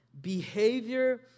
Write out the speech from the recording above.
Behavior